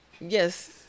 Yes